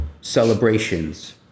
celebrations